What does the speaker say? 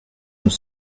los